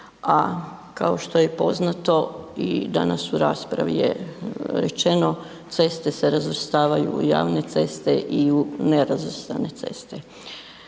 a kao što je poznato i danas u raspravi je rečeno, ceste se razvrstavaju u javne ceste i u nerazvrstane ceste.